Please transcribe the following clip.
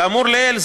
כאמור לעיל,